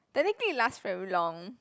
technically it last very long